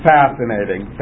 fascinating